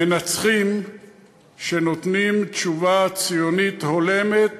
מנצחים כשנותנים תשובה ציונית הולמת